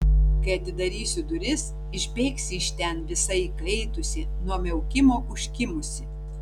kai atidarysiu duris išbėgsi iš ten visa įkaitusi nuo miaukimo užkimusi